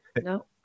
no